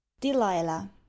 delilah